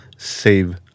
Save